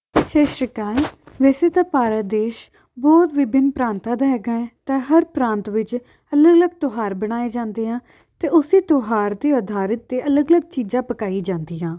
ਸਤਿ ਸ਼੍ਰੀ ਅਕਾਲ ਵੈਸੇ ਤਾਂ ਭਾਰਤ ਦੇਸ਼ ਬਹੁਤ ਵਿਭਿੰਨ ਪ੍ਰਾਂਤਾਂ ਦਾ ਹੈਗਾ ਤਾਂ ਹਰ ਪ੍ਰਾਂਤ ਵਿੱਚ ਅਲੱਗ ਅਲੱਗ ਤਿਉਹਾਰ ਬਣਾਏ ਜਾਂਦੇ ਆ ਅਤੇ ਉਸੇ ਤਿਉਹਾਰ ਦੇ ਆਧਾਰ 'ਤੇ ਅਲੱਗ ਅਲੱਗ ਚੀਜ਼ਾਂ ਪਕਾਈ ਜਾਂਦੀਆਂ